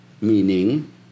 Meaning